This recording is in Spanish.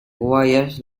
guayas